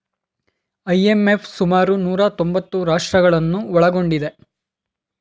IMF ಸುಮಾರು ನೂರಾ ತೊಂಬತ್ತು ರಾಷ್ಟ್ರಗಳನ್ನು ಒಳಗೊಂಡಿದೆ